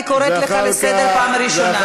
אני קוראת אותך לסדר פעם ראשונה.